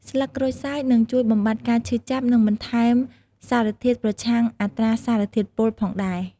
ស្លឹកក្រូចសើចនឹងជួយបំបាត់ការឈឺចាប់ និងបន្ថែមសារធាតុប្រឆាំងអត្រាសារធាតុពុលផងដែរ។